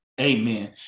amen